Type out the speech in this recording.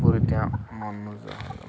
সেইবোৰ এতিয়া মন নোযোৱা হ'ল আৰু